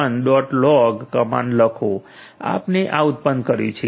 log command લખો આપણે આ ઉત્પન્ન કર્યું છે